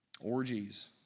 Orgies